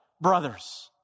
brothers